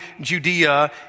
Judea